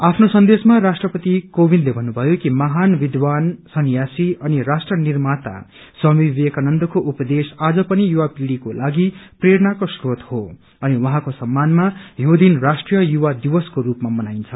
आफ्नो सन्देशमा राष्ट्रपति कोविन्दले भन्नुभयो कि महान विद्वान सन्यासी अनि राष्ट्र निर्माता स्वामी विवेकानन्दको उपदेश आज पनि युवा पीढ़िको लागि प्रेरणाको स्रोत हो अनि उनको सम्मानमा यो दिन राष्ट्रीय युवा दिवसको रूपमा मनाइन्छ